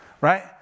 Right